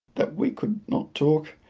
that we could not talk,